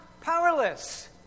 powerless